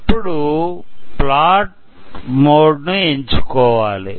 ఇప్పుడు plot mode ను ఎంచు కోవాలి